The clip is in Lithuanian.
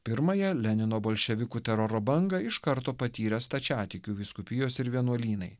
pirmąją lenino bolševikų teroro bangą iš karto patyrė stačiatikių vyskupijos ir vienuolynai